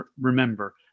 remember